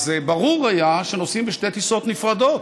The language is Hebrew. אז היה ברור שנוסעים בשתי טיסות נפרדות,